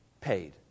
paid